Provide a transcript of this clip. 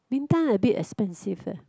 Bintan a bit expensive eh